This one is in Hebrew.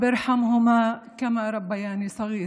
אלי רחם עליהם כמו שהם גידלו אותי בהיותי קטן.)